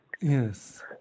yes